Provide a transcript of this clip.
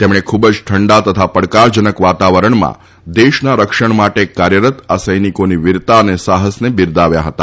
તેમણે ખૂબ જ ઠંડા તથા પડકારજનક વાતાવરણમાં દેશના રક્ષણ માટે કાર્યરત આ સૈનિકોની વીરતા તથા સાહસને બિરદાવ્યા હતા